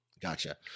Gotcha